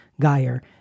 Geyer